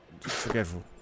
Forgetful